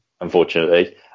unfortunately